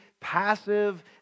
passive